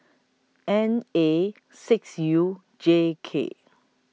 N A six U J K